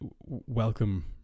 welcome